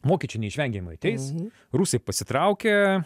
vokiečiai neišvengiamai ateis rusai pasitraukė